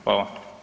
Hvala.